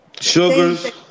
sugars